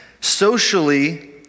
Socially